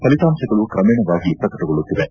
ಫಲಿತಾಂಶಗಳು ಕ್ರಮೇಣವಾಗಿ ಪ್ರಕಟಗೊಳ್ಲುತ್ತಿವೆ